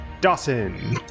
Dawson